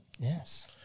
Yes